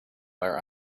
our